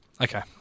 Okay